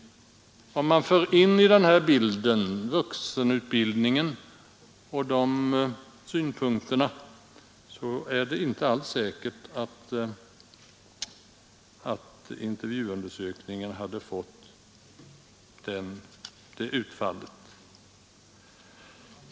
Om man i den här bilden fört in synpunkterna angående vuxenutbildningen, så är det inte alls säkert att intervjuundersökningen hade fått det utfallet.